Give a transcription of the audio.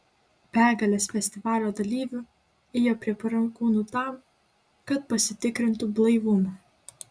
begalės festivalio dalyvių ėjo prie pareigūnų tam kad pasitikrintu blaivumą